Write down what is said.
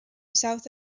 south